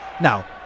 Now